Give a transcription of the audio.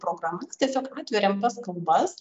programa tiesiog atveriam tas kalbas